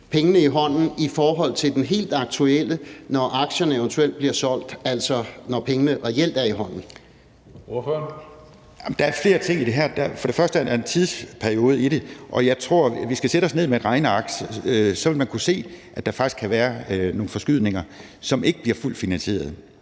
reelt er i hånden? Kl. 14:16 Tredje næstformand (Karsten Hønge): Ordføreren. Kl. 14:16 Per Husted (S): Der er flere ting i det her. For det første er der en tidsperiode i det, og jeg tror, vi skal sætte os ned med et regneark, for så vil man kunne se, at der faktisk kan være nogle forskydninger, som ikke bliver fuldt finansieret.